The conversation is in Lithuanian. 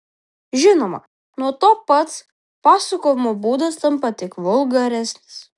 žinoma nuo to pats pasakojimo būdas tampa tik vulgaresnis